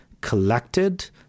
collected